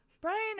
Brian